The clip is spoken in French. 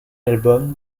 album